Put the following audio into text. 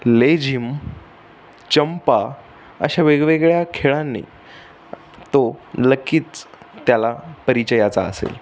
लेझिम चंपा अशा वेगवेगळ्या खेळांनी तो नक्कीच त्याला परिचयाचा असेल